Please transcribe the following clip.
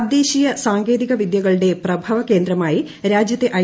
തദ്ദേശീയ സാങ്കേതിക വിദ്യകളുടെ പ്രഭവകേന്ദ്രമായി രാജ്യത്തെ ഐ